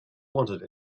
wanted